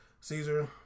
Caesar